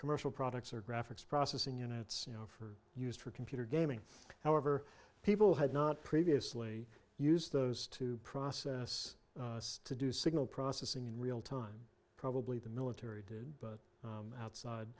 commercial products are graphics processing units you know for used for computer gaming however people had not previously used those two process to do signal processing in real time probably the military did but outside